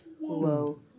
Whoa